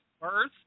birth